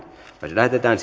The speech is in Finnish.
lähetetään